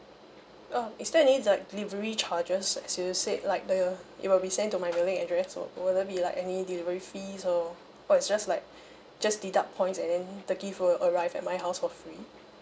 uh is there any like delivery charges as you said like uh it will be sent to my mailing address so will there be like any delivery fees or or it's just like just deduct points and then the gift will arrive at my house for free